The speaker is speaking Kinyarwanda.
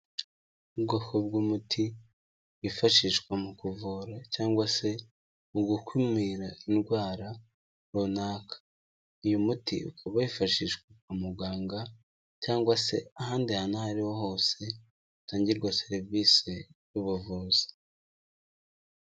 Ubwoko bw'umuti wifashishwa mu kuvura cyangwa se mu gukumira indwara runaka, uyu muti ukaba wifashijwe kwa muganga cyangwa se ahandi hantu aho ariho hose hatangirwa serivise y'ubuvuzi.